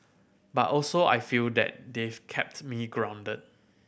but also I feel that they've kept me grounded